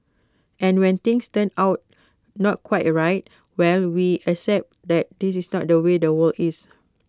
and when things turn out not quite A right well we accept that this is not the way the world is